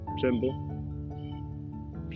simple